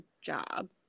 job